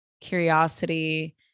curiosity